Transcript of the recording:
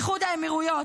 איחוד האמירויות?